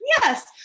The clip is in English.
Yes